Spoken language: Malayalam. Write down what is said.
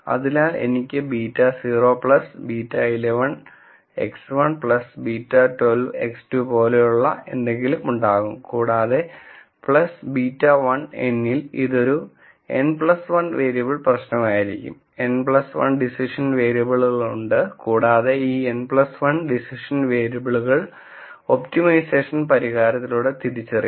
അതിനാൽ എനിക്ക് β0 β11 x1 β12 x2 പോലെയുള്ള എന്തെങ്കിലും ഉണ്ടാകും കൂടാതെ β1n ഇൽ ഇതൊരു n 1 വേരിയബിൾ പ്രശ്നമായിരിക്കും n 1 ഡിസിഷൻ വേരിയബിളുകൾ ഉണ്ട് കൂടാതെ ഈ n 1 ഡിസിഷൻ വേരിയബിളുകൾ ഒപ്റ്റിമൈസേഷൻ പരിഹാരത്തിലൂടെ തിരിച്ചറിയാം